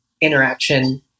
interaction